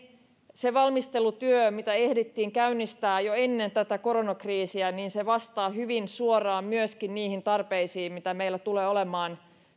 se valmistelutyö mitä ehdittiin käynnistää jo ennen tätä koronakriisiä vastaa hyvin suoraan myöskin niihin tarpeisiin joita meillä tulee olemaan